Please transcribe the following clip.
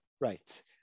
Right